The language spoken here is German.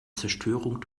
zerstörung